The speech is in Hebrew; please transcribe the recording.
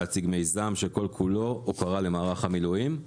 להציג מיזם שכל כולו הוקרה למערך המילואים.